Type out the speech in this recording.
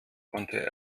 konnte